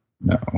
No